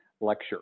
lecture